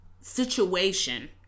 situation